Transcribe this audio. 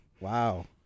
Wow